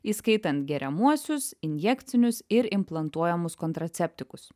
įskaitant geriamuosius injekcinius ir implantuojamus kontraceptikus